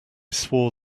swore